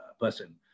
person